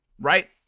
right